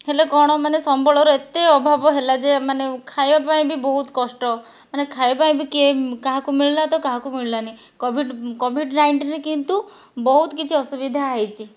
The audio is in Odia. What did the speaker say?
ହେଲେ କ'ଣ ମାନେ ସମ୍ବଳର ଏତେ ଅଭାବ ହେଲା ଯେ ମାନେ ଖାଇବା ପାଇଁ ବି ବହୁତ କଷ୍ଟ ମାନେ ଖାଇବା ପାଇଁ ବି କିଏ କାହାକୁ ମିଳିଲା ତ କାହାକୁ ମିଳିଲା ନାହିଁ କୋଭିଡ୍ କୋଭିଡ୍ ନାଇଣ୍ଟିନ୍ କିନ୍ତୁ ବହୁତ କିଛି ଅସୁବିଧା ହୋଇଛି